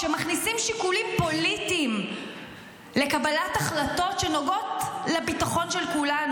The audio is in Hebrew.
שמכניסים שיקולים פוליטיים לקבלת החלטות שנוגעות לביטחון של כולנו,